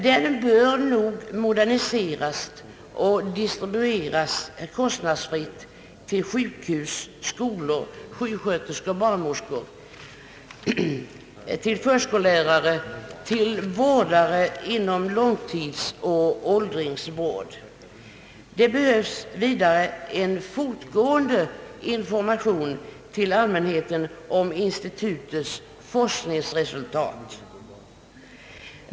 Den bör moderniseras och distribueras kostnadsfritt till sjukhus, skolor, sjuksköterskor, barnmorskor, förskollärare och vårdare inom långtidsoch åldringsvård. Vidare behövs en fortgående information till allmänheten om institutets forskningsresultat.